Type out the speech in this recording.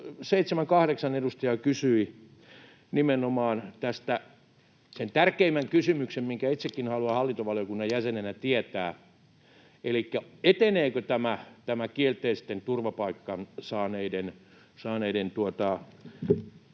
edustajaa kysyi nimenomaan tästä sen tärkeimmän kysymyksen, minkä itsekin haluan hallintovaliokunnan jäsenenä tietää. Elikkä eteneekö tämä kielteisen turvapaikkapäätöksen